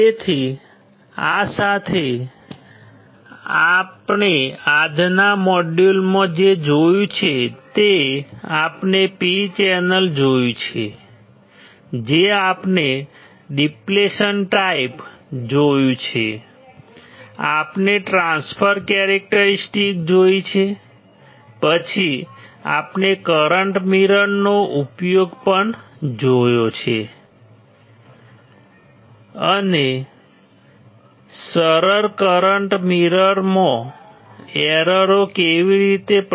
તેથી આ સાથે આપણે આજના મોડ્યુલમાં જે જોયું છે તે આપણે P ચેનલ જોયું છે જે આપણે ડીપ્લેશન ટાઈપ જોયું છે MOSFET આપણે ટ્રાન્સફર કેરેક્ટરિસ્ટિક જોઈ છે પછી આપણે કરંટ મિરરનો ઉપયોગ પણ જોયો છે અને સરળ કરંટ મિરરમાં એરરો કેવી રીતે છે